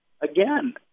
again